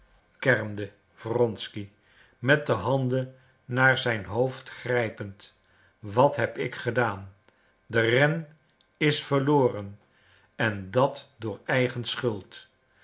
kermde wronsky met de handen naar het hoofd grijpend wat heb ik gedaan de ren is verloren en dat door eigen schuld